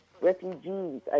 Refugees